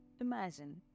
Imagine